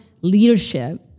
leadership